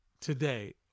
today